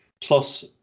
plus